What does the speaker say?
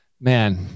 Man